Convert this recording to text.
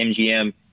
MGM